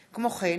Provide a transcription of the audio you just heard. פרי,